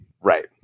right